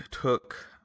took